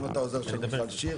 שזה לא יתפוס להם את מסגרת האשראי.